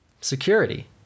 security